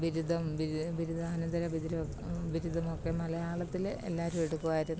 ബിരുദം ബിരുദാനന്തര ബിരുദം ബിരുദം ഒക്കെ മലയാളത്തിൽ എല്ലാവരും എടുക്കുമായിരുന്നു